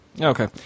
Okay